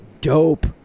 dope